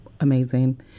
Amazing